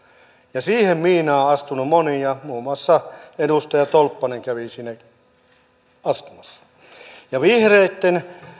ja siihen miinaan on on astunut monia muun muassa edustaja tolppanen kävi sinne astumassa ja vihreitten